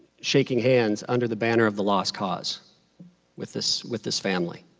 shaking hands under the banner of the lost cause with this with this family.